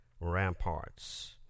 ramparts